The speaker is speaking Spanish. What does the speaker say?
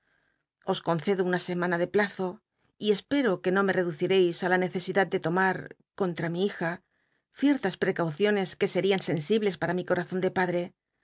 os concedo nna semana de plazo y espero que no me reducireis i la necesidad de tomar contra mi hija ciertas precauciones que sel'ian sensibles para mi corazon de padte